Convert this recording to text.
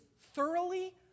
thoroughly